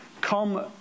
come